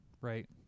right